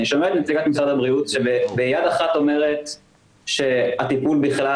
אני שומע את נציגת משרד הבריאות שביד אחת אומרת שהטיפול בכלל